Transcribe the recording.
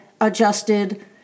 adjusted